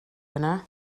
yna